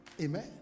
Amen